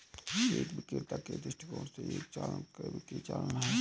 एक विक्रेता के दृष्टिकोण से, एक चालान एक बिक्री चालान है